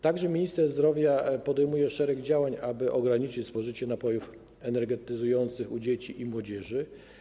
Także minister zdrowia podejmuje szereg działań, aby ograniczyć spożycie napojów energetyzujących u dzieci i młodzieży.